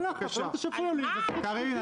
מה ------ קארין,